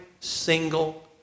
single